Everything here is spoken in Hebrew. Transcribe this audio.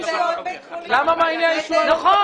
ו-93,000 שקלים בהוצאה נטו,